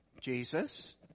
Jesus